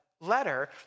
letter